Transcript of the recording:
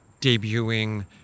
debuting